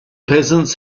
peasants